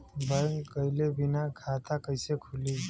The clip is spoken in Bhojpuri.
बैंक गइले बिना खाता कईसे खुली?